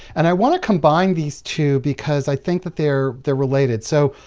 and, i want to combine these two because i think that they're they're related. so,